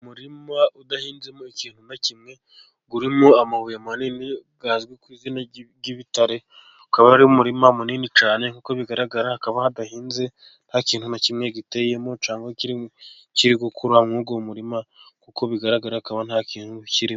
Umurima udahinzemo ikintu na kimwe ,urimo amabuye manini azwi ku izina y'ibitare ,ukaba ari umurima munini cyane, kuko bigaragara haba hadahinze nta kintu na kimwe giteyemo cyangwa kiri gukura muri uwo murima, kuko bigaragara nta kintu kirimo.